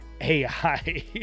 ai